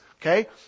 okay